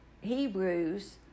Hebrews